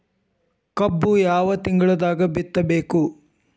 ಕಬ್ಬು ಯಾವ ತಿಂಗಳದಾಗ ಬಿತ್ತಬೇಕು?